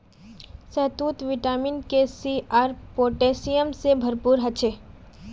शहतूत vitamin K, C आर potassium से भरपूर ह छे